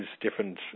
different